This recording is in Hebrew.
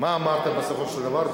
מה אמרת בסופו של דבר?